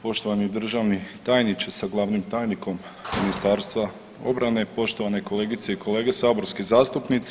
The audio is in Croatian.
Poštovani državni tajniče sa glavnim tajnikom Ministarstva obrane, poštovane kolegice i kolege saborski zastupnici.